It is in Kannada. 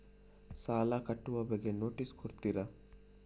ಸಾಲ ಕಟ್ಟುವ ಬಗ್ಗೆ ನೋಟಿಸ್ ಕೊಡುತ್ತೀರ?